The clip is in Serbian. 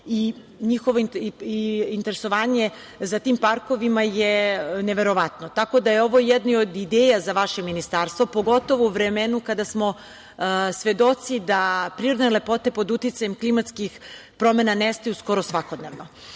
u Grčkoj. Interesovanje za tim parkovima je neverovatno. Tako da je ovo jedna od ideja za vaše ministarstvo, pogotovo u vremenu kada smo svedoci da prirodne lepote pod uticajem klimatskih promena nestaju skoro svakodnevno.Za